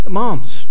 moms